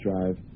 Drive